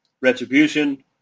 Retribution